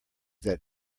that